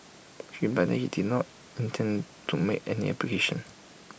he replied that he did not intend to make any application